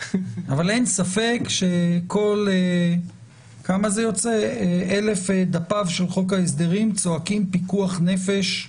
אבל אין ספק שכל אלף דפיו של חוק ההסדרים צועקים פיקוח נפש.